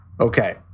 Okay